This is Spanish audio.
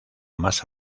más